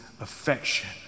affection